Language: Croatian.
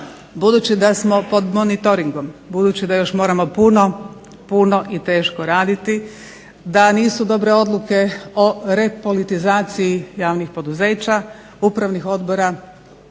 budući da smo pod monitoringom, budući da moramo puno i teško raditi, da nisu dobre odluke o repolitizaciji javnih poduzeća, upravnih odbora,